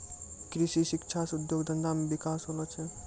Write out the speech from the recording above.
कृषि शिक्षा से उद्योग धंधा मे बिकास होलो छै